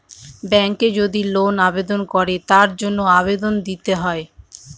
ব্যাঙ্কে যদি লোন আবেদন করে তার জন্য আবেদন দিতে হয়